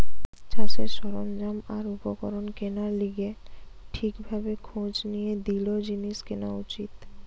চাষের সরঞ্জাম আর উপকরণ কেনার লিগে ঠিক ভাবে খোঁজ নিয়ে দৃঢ় জিনিস কেনা উচিত